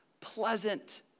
pleasant